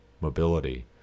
mobility